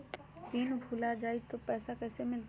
Pin भूला जाई तो पैसा कैसे मिलते?